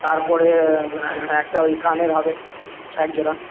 তারপরে একটা ওই কানের হবে এক জোড়া